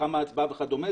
מתחם הצבעה וכדומה.